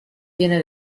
tiene